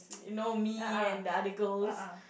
you know me and the other girls